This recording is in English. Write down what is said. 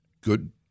good